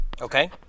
Okay